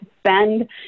spend